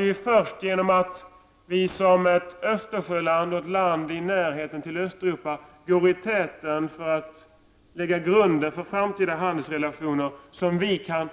Det är först genom att vi som ett Östersjöland och ett land i närheten av Östeuropa går i täten för att lägga grunden för framtida handelsrelationer som vi kan